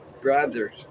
brother's